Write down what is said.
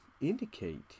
indicate